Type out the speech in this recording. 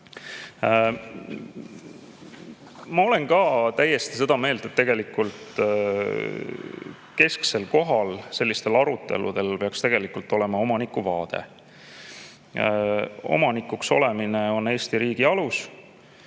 Ma olen ka täiesti seda meelt, et kesksel kohal sellistel aruteludel peaks tegelikult olema omaniku vaade. Omanikuks olemine on Eesti riigi alus.